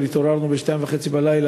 אבל התעוררנו ב-02:30 בגלל